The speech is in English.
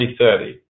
2030